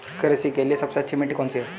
कृषि के लिए सबसे अच्छी मिट्टी कौन सी है?